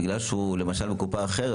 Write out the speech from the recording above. בגלל שהוא למשל בקופה אחרת,